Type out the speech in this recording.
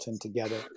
together